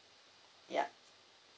yup